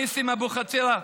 נסים אבוחצירה,